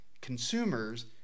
consumers